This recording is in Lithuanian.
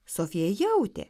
sofija jautė